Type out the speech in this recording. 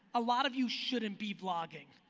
a lot of you shouldn't be blogging.